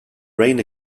rain